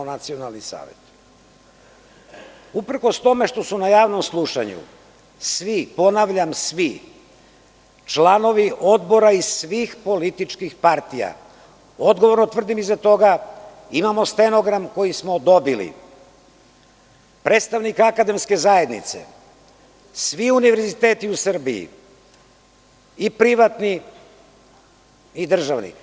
Uprkos tome što su na javnom slušanju svi, ponavljam svi članovi Odbora i svih političkih partija, odgovorno tvrdim iza toga imamo stenogram koji smo dobili, predstavnik akademske zajednice, svi univerziteti u Srbiji i privatni i državni.